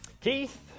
Keith